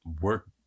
work